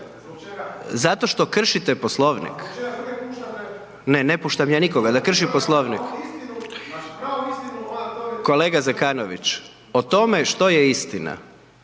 Ne razumije se./… ne, ne puštam ja nikoga da krši Poslovnik. Kolega Zekanović o tome što je istina